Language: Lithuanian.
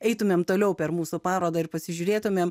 eitumėm toliau per mūsų parodą ir pasižiūrėtumėme